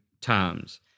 times